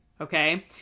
okay